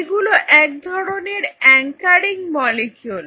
এগুলো এক ধরনের অ্যাংকারিং মলিকিউল